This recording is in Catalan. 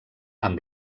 amb